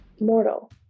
Mortal